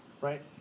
Right